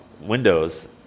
Windows